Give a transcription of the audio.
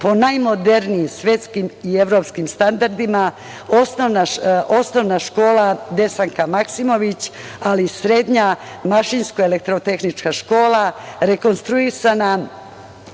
po najmodernijim svetskim i evropskim standardima, OŠ „Desanka Maksimović“, ali i srednja Mašinsko-elektrotehnička škola, rekonstruisana